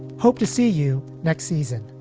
hope to see you next season.